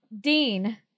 Dean